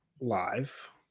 live